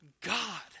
God